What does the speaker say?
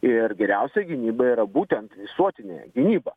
ir geriausia gynyba yra būtent visuotinė gynyba